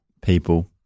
people